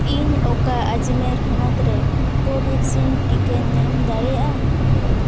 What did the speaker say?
ᱤᱧ ᱚᱠᱟ ᱟᱡᱽᱢᱮᱨ ᱦᱚᱱᱚᱛᱨᱮ ᱠᱳᱵᱷᱮᱠᱥᱤᱱ ᱴᱤᱠᱟᱹᱧ ᱧᱟᱢ ᱫᱟᱲᱮᱭᱟᱜᱼᱟ